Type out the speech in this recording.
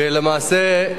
ולמעשה,